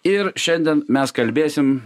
ir šiandien mes kalbėsim